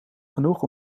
genoeg